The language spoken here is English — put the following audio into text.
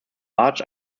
large